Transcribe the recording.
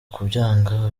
kubyanga